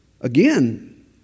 Again